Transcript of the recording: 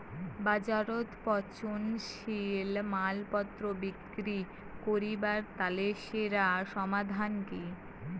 বাজারত পচনশীল মালপত্তর বিক্রি করিবার তানে সেরা সমাধান কি?